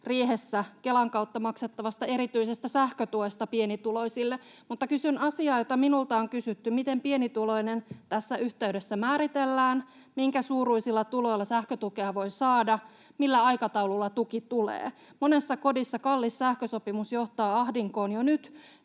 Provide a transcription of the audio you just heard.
riihessä Kelan kautta maksettavasta erityisestä sähkötuesta pienituloisille, mutta kysyn asiaa, jota minulta on kysytty: miten ”pienituloinen” tässä yhteydessä määritellään, minkäsuuruisilla tuloilla sähkötukea voi saada, ja millä aikataululla tuki tulee? Monessa kodissa kallis sähkösopimus johtaa ahdinkoon jo nyt.